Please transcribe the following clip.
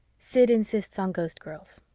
sid insists on ghostgirls